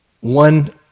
One